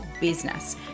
business